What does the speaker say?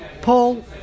Paul